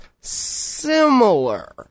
similar